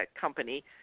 company